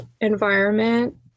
environment